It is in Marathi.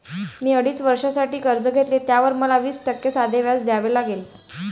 मी अडीच वर्षांसाठी कर्ज घेतले, त्यावर मला वीस टक्के साधे व्याज द्यावे लागले